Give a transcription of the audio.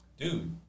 dude